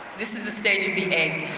this is the stage of the egg.